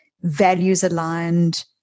values-aligned